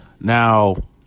Now